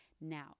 now